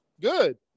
Good